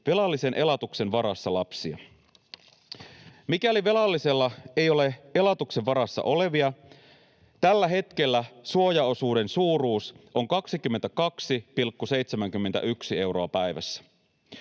velallisen elatuksen varassa lapsia. Mikäli velallisella ei ole elatuksen varassa olevia, niin tällä hetkellä suojaosuuden suuruus on 22,71 euroa päivässä.